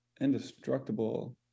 indestructible